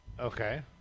Okay